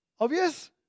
Obvious